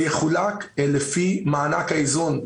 זה יחולק לפי מענק האיזון,